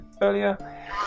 earlier